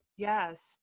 Yes